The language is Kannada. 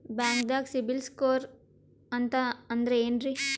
ಬ್ಯಾಂಕ್ದಾಗ ಸಿಬಿಲ್ ಸ್ಕೋರ್ ಅಂತ ಅಂದ್ರೆ ಏನ್ರೀ?